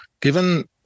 given